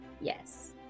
yes